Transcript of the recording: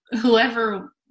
whoever